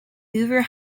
hoover